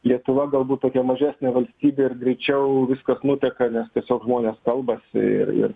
lietuva galbūt tokia mažesnė valstybė ir greičiau viskas nuteka nes tiesiog žmonės kalbasi ir ir